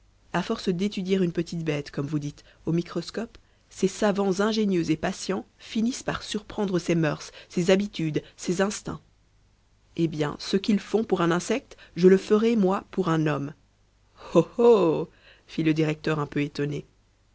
à force d'étudier une petite bête comme vous dites au microscope ces savants ingénieux et patients finissent par surprendre ses mœurs ses habitudes ses instincts eh bien ce qu'ils font pour un insecte je le ferai moi pour un homme oh oh fit le directeur un peu étonné